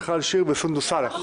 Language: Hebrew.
מיכל שיר וסונדוס סאלח.